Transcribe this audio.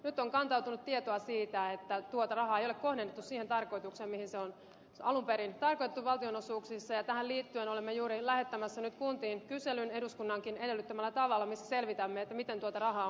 nyt on kantautunut tietoa siitä että tuota rahaa ei ole kohdennettu siihen tarkoitukseen mihin se on alun perin tarkoitettu valtionosuuksissa ja tähän liittyen olemme juuri lähettämässä kuntiin kyselyn eduskunnankin edellyttämällä tavalla missä selvitämme miten tuota rahaa on kohdennettu